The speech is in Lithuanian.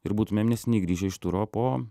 ir būtumėm neseniai grįžę iš turo po